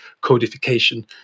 codification